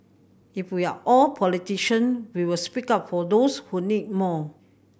if we are all politician we will speak up for those who need more